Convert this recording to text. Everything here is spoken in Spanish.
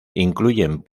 incluyen